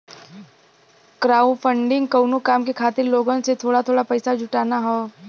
crowdfunding कउनो काम के खातिर लोगन से थोड़ा थोड़ा पइसा जुटाना हौ